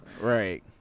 Right